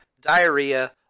diarrhea